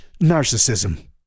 narcissism